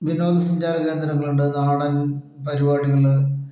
വിനോദ സഞ്ചാര കേന്ദ്രങ്ങളുണ്ട് നാടൻ പരിപാടികള്